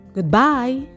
Goodbye